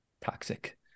toxic